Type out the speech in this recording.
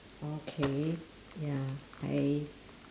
okay ya I